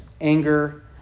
anger